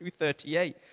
2.38